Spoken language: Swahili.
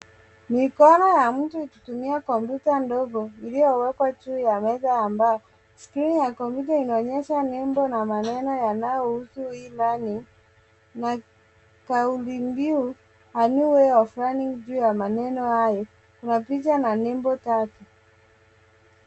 Mikono ya mtu ikitumia kompyuta ndogo iliyowekwa juu ya meza ambayo, skrini ya kompyuta inaonyesha nembo na maneno yanayohusu E-earning na kauli mbiu a new way of learning . Juu ya maneno hayo kuna picha na nembo tatu.